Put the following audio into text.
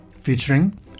featuring